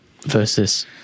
versus